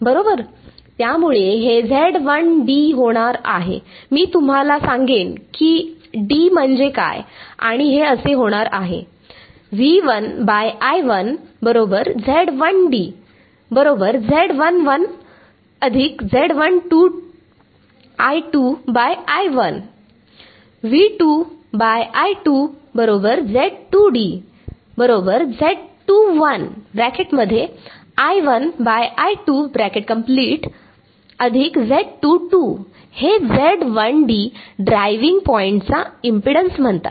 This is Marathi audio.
त्यामुळे हे होणार आहे मी तुम्हाला सांगेन की d म्हणजे काय आणि हे असे होणार आहे हे ड्रायव्हींग पॉईंटचा इम्पेडन्स म्हणतात